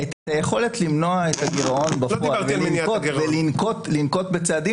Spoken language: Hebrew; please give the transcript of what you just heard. את היכולת למנוע את הגירעון בפועל ולנקוט צעדים,